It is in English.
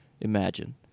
Imagine